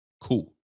Cool